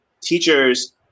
teachers